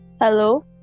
hello